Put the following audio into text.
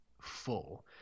full